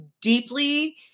deeply